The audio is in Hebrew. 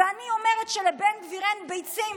אני אומרת שלבן גביר אין ביצים,